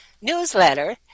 newsletter